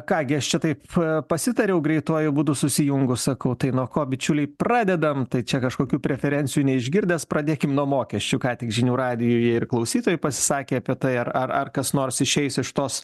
ką gi aš čia taip pasitariau greituoju būdu susijungus sakau tai nuo ko bičiuliai pradedam tai čia kažkokių preferencijų neišgirdęs pradėkim nuo mokesčių ką tik žinių radijuje ir klausytojai pasisakė apie tai ar ar ar kas nors išeis iš tos